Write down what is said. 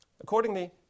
Accordingly